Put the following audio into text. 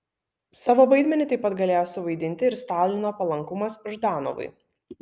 savo vaidmenį taip pat galėjo suvaidinti ir stalino palankumas ždanovui